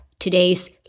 Today's